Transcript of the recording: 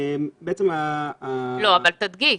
לא, אבל תדגיש.